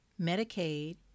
Medicaid